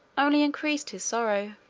only increased his sorrow.